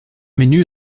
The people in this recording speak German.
menü